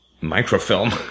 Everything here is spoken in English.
microfilm